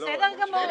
בסדר גמור.